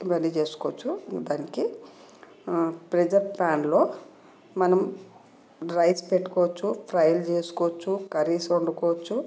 ఇవన్నీ చేసుకోవచ్చు మొత్తానికి ప్రెషర్ ప్యాన్లో మనం రైస్ పెట్టుకోవచ్చు ఫ్రైలు చేసుకోవచ్చు కర్రీస్ వండుకోవచ్చు